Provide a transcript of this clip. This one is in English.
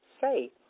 Say